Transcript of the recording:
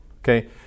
okay